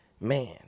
Man